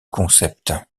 concept